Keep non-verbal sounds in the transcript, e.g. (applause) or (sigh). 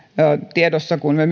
tiedossa kun me (unintelligible)